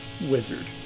wizard